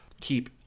keep